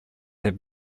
have